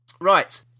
Right